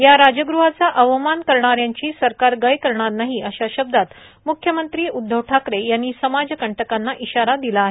या राजग़हाचा अवमान करणाऱ्यांची सरकार गय करणार नाही अशा शब्दांत मुख्यमंत्री उद्धव ठाकरे यांनी समाजकंटकांना इशारा दिला आहे